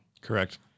Correct